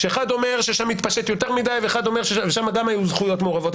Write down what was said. כשאחד אומר ששם מתפשט יותר מדי ושם גם היו זכויות מעורבות,